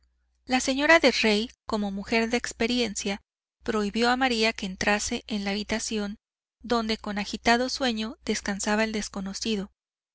la señora de rey como mujer de experiencia prohibió a maría que entrase en la habitación donde con agitado sueño descansaba el desconocido